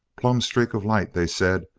plumb streak of light, they said.